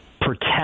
protect